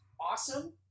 awesome